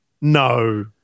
No